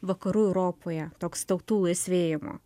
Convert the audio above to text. vakarų europoje toks tautų laisvėjimo